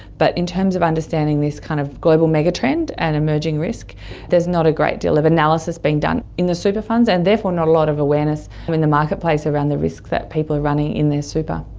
but in terms of understanding this kind of global megatrend and emerging risk there's not a great deal of analysis being done in the super funds and therefore not a lot of awareness in the marketplace around the risks that people are running in their super.